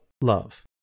love